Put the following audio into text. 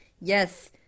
Yes